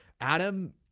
Adam